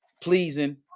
pleasing